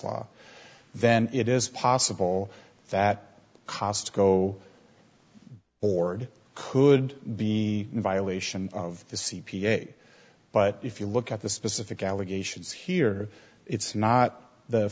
law then it is possible that costs go orde could be in violation of the c p a but if you look at the specific allegations here it's not the